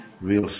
real